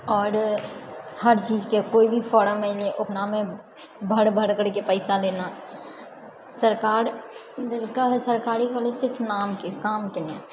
आओर हरचीजके कोई भी फोर्म अयलै ओकरामे भर भरके पैसा लेना सरकार सरकारी कॉलेज सिर्फ नामके कामके नहि